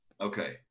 Okay